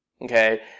Okay